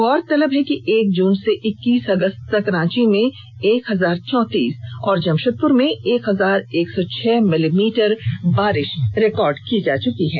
गौरतलब है कि एक जून से इक्कीस अगस्त तक रांची में एक हजार चौतीस और जमशेदपुर में एक हजार एक सौ छह मिली मीटर बारिश रिकॉर्ड की जा चुकी है